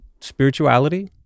spirituality